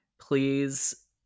Please